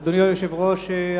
אדוני היושב-ראש,